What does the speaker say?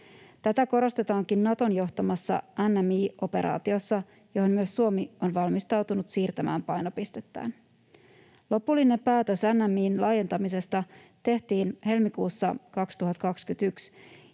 Tätä korostetaankin Naton johtamassa NMI-operaatiossa, johon myös Suomi on valmistautunut siirtämään painopistettään. Lopullinen päätös NMI:n laajentamisesta tehtiin helmikuussa 2021,